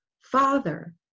father